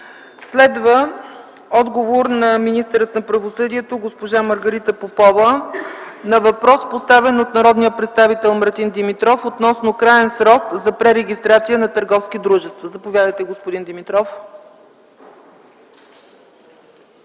Следва отговор на министъра на правосъдието госпожа Маргарита Попова на въпрос, поставен от народния представител Мартин Димитров, относно краен срок за пререгистрация на търговски дружества. Заповядайте, господин Димитров.